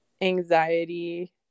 anxiety